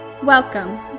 Welcome